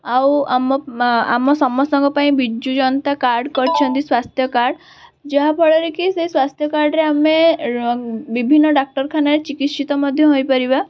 ଆଉ ଆମ ଆମ ସମସ୍ତଙ୍କ ପାଇଁ ବିଜୁ ଜନତା କାର୍ଡ଼୍ କରିଛନ୍ତି ସ୍ଵାସ୍ଥ୍ୟ କାର୍ଡ଼୍ ଯାହା ଫଳରେକି ସେ ସ୍ଵାସ୍ଥ୍ୟ କାର୍ଡ଼୍ରେ ଆମେ ବିଭିନ୍ନ ଡାକ୍ତରଖାନାରେ ଚିକିତ୍ସିତ ମଧ୍ୟ ହୋଇପାରିବା